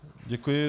Děkuji.